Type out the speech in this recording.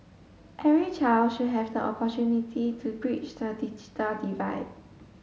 every child should have the opportunity to bridge the digital divide